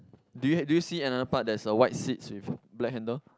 do you do you see another part that's a white seat with black handle